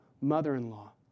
mother-in-law